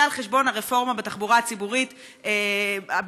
על חשבון הרפורמה בתחבורה הציבורית בפריפריה,